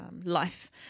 life